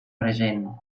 regent